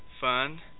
fun